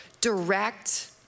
direct